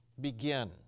begin